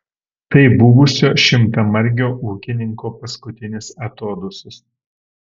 tai buvusio šimtamargio ūkininko paskutinis atodūsis